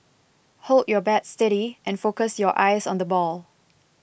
hold your bat steady and focus your eyes on the ball